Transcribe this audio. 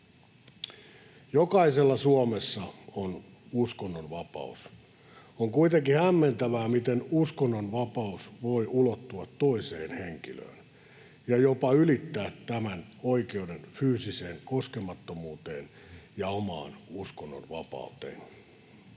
Jokaisella Suomessa on uskonnonvapaus. On kuitenkin hämmentävää, miten uskonnonvapaus voi ulottua toiseen henkilöön ja jopa ylittää tämän oikeuden fyysiseen koskemattomuuteen ja omaan uskonnonvapauteen.